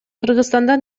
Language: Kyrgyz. кыргызстанда